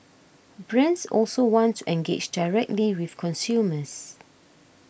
brands also want to engage directly with consumers